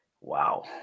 wow